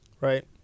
right